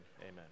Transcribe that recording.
amen